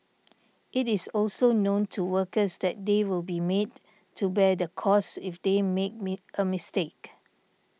it is also known to workers that they will be made to bear the cost if they make me a mistake